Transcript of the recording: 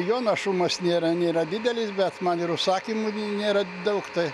jo našumas nėra nėra didelis bet man ir užsakymų nėra daug tai